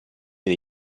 dei